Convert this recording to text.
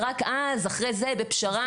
ורק אז אחרי זה ופשרה שילמתם את החלק